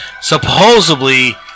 Supposedly